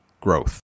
growth